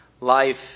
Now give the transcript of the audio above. life